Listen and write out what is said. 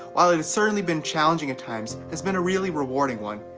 while it has certainly been challenging at times, has been a really rewarding one.